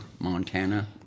Montana